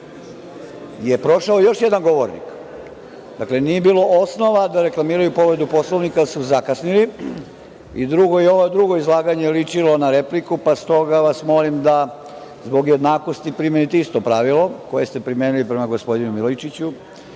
je prošao još jedan govornik. Dakle, nije bilo osnova da reklamiraju povredu Poslovnika, jer su zakasnili. Drugo, ovo drugo izlaganje je ličio na repliku, pa s toga vas molim da zbog jednakosti primenite isto pravilo koje ste primenili prema gospodinu Milojičiću